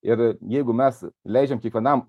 ir jeigu mes leidžiam kiekvienam